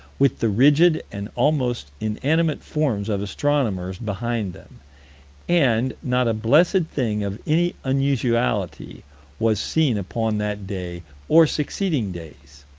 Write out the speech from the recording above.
with the rigid and almost inanimate forms of astronomers behind them and not a blessed thing of any unusuality was seen upon that day or succeeding days.